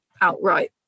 outright